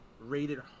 rated